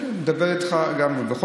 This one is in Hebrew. דיברתי על רשות שדות התעופה.